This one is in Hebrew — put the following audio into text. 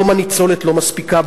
היום הניצולת לא מספיקה,